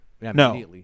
no